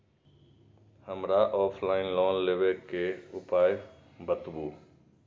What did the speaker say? हमरा offline loan लेबे के उपाय बतबु?